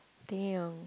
damn